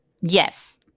Yes